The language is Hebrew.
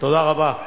תודה רבה.